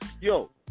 yo